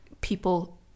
people